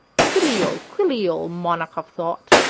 silly old quilly old monarch of thought.